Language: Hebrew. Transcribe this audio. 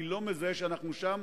אני לא מזהה שאנחנו שם,